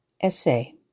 Essay